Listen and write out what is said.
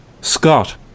Scott